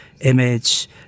image